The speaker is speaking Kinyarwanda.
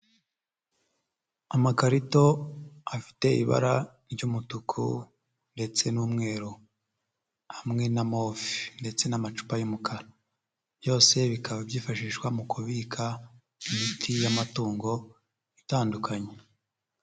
Amakarito afite ibara ry'umutuku ndetse n'umweru, hamwe na move ndetse n'amacupa y'umukara, byose bikaba byifashishwa mu kubika imiti y'amatungo itandukanye.